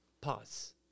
Pause